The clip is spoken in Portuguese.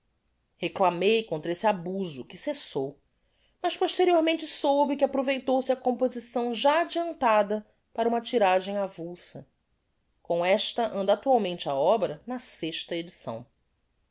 reclamei contra esse abuso que cessou mas posteriormente soube que aproveitou se a composição já adiantada para uma tiragem avulsa com esta anda actualmente a obra na sexta edição